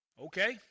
Okay